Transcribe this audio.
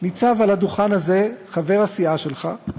ניצב על הדוכן הזה חבר הסיעה שלך,